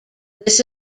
this